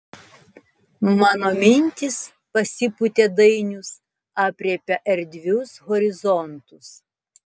mano mintys pasipūtė dainius aprėpia erdvius horizontus